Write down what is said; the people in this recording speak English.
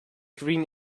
green